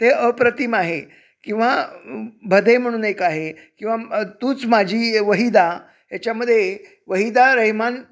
ते अप्रतिम आहे किंवा भदे म्हणून एक आहे किंवा तूच माझी वहिदा याच्यामध्ये वहिदा रहिमान